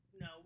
No